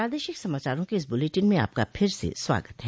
प्रादेशिक समाचारों के इस ब्रलेटिन में आपका फिर से स्वागत है